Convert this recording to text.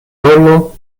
rolo